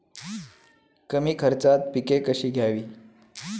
कमी खर्चात पिके कशी घ्यावी?